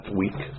week